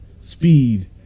speed